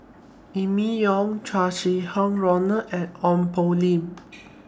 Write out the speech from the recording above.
Emma Yong Chow Sau Hai Roland and Ong Poh Lim